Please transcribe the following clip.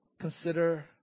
consider